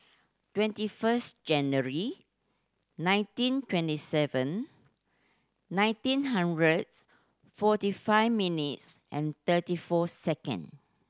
twenty first January nineteen twenty seven nineteen hundreds forty five minutes and thirty four second